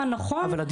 סביר,